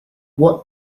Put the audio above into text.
what